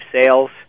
sales